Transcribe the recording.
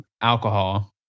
alcohol